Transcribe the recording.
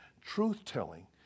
truth-telling